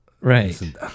Right